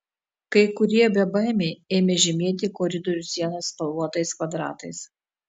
kai kurie bebaimiai ėmė žymėti koridorių sienas spalvotais kvadratais